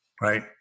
right